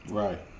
right